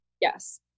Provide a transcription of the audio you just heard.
Yes